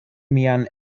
mian